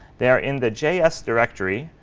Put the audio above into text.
they are in the js directory.